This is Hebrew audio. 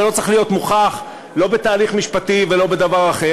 זה לא צריך להיות מוכח לא בתהליך משפטי ולא בדבר אחר,